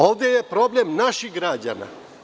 Ovde je problem naših građana.